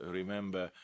remember